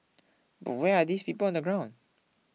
but where are these people on the ground